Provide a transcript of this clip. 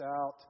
out